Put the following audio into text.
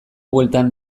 bueltan